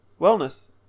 wellness